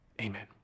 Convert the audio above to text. Amen